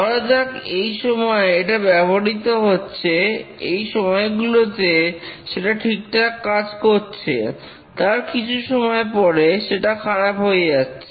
ধরা যাক এই সময়ে এটা ব্যবহৃত হচ্ছে এই সময়গুলোতে সেটা ঠিকঠাক কাজ করছে তার কিছু সময় পরে সেটা খারাপ হয়ে যাচ্ছে